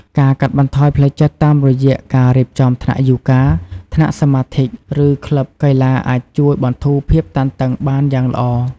ការកាត់បន្ថយផ្លូវចិត្តតាមរយះ ការរៀបចំថ្នាក់យូហ្គា ថ្នាក់សមាធិ ឬក្លឹបកីឡាអាចជួយបន្ធូរភាពតានតឹងបានយ៉ាងល្អ។